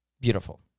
beautiful